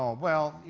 ah well,